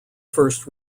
first